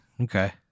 Okay